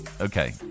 okay